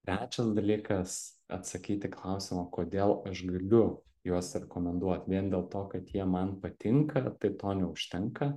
trečias dalykas atsakyti į klausimą kodėl aš galiu juos rekomenduot vien dėl to kad jie man patinka tai to neužtenka